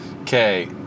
Okay